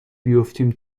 بیفتیم